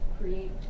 create